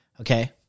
Okay